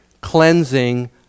cleansing